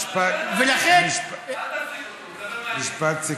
משפט, משפט, אל תפסיק אותו.